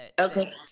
Okay